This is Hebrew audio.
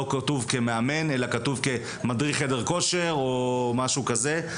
כתוב כמאמן אלא כתוב כמדריך חדר כושר או משהו כזה.